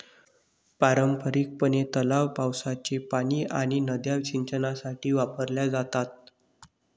पारंपारिकपणे, तलाव, पावसाचे पाणी आणि नद्या सिंचनासाठी वापरल्या जातात